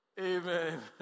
Amen